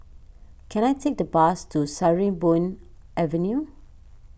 can I take the bus to Sarimbun Avenue